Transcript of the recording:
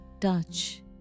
touch